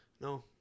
No